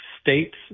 states